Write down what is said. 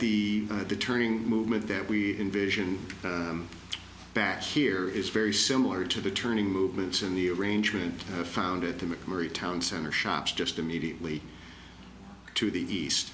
the the turning movement that we envision back here is very similar to the turning movements in the arrangement founded the mcmurry town center shops just immediately to the east